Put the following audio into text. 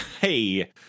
Hey